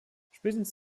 spätestens